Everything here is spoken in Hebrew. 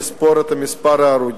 לספור את ההרוגים.